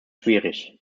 schwierig